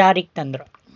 ಜಾರಿಗ್ ತಂದ್ರು